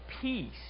peace